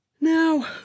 now